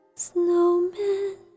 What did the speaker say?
Snowman